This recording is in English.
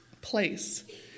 Place